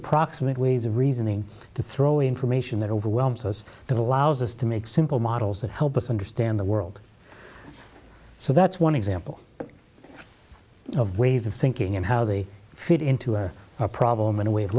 approximate ways of reasoning to throw information that overwhelms us that allows us to make simple models that help us understand the world so that's one example of ways of thinking and how they fit into a problem and a way of